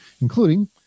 including